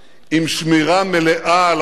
עם שמירה מלאה על החוק.